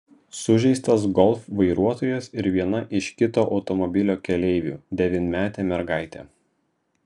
sužeistas golf vairuotojas ir viena iš kito automobilio keleivių devynmetė mergaitė